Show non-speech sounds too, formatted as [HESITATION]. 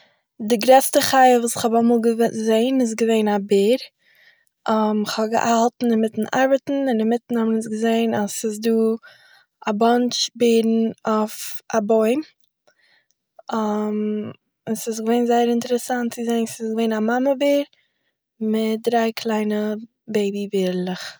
די גרעסטע חיה וואס איך האב אמאל געוו-זעהן איז געווען א בער, [HESITATION] איך האב געהאלטן אינמיטן ארבעטן און אינמיטן האבן מיר געזעהן אז ס'איז דא א באנטש בערן אויף א בוים, [HESITATION] עס איז געווען זייער אינטערעסאנט צו זעהן; ס'איז געווען א מאמע בער, מיט דריי קליינע בעיבי בערעלעך